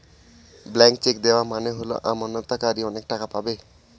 blank cheque দেওয়া মানে হল আমানতকারী অনেক টাকা পাবে